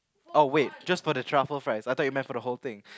oh wait just for the truffle fries I thought you meant for the whole thing